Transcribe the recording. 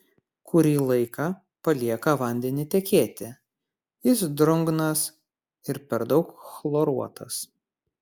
kurį laiką palieka vandenį tekėti jis drungnas ir per daug chloruotas